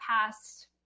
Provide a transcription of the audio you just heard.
past